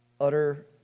utter